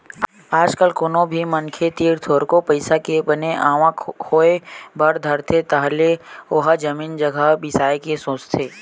आज कल कोनो भी मनखे तीर थोरको पइसा के बने आवक होय बर धरथे तहाले ओहा जमीन जघा बिसाय के सोचथे